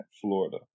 Florida